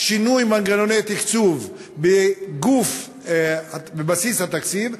שינוי מנגנוני תקצוב בבסיס התקציב,